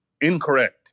Incorrect